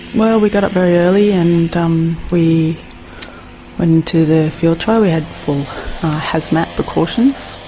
well, we got up very early and um we went into the field trial. we had full hazmat precautions,